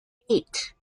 eight